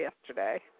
yesterday